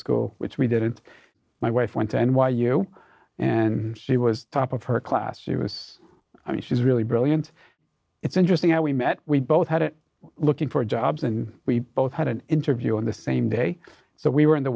school which we did my wife went to n y u and she was top of her class she was i mean she's really brilliant it's interesting how we met we both had it looking for jobs and we both had an interview in the same day so we were in the